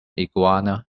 iguana